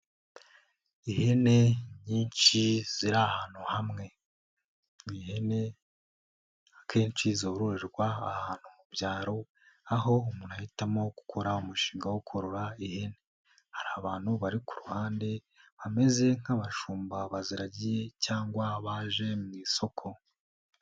Ihene nyinshi ziri ahantu hamwe ni ihene akenshi zororerwa ahantu mu byaro aho umuntu ahitamo gukora umushinga wo korora ihene, hari abantu bari ku ruhande bameze nk'abashumba baziragiye cyangwa baje mu isoko.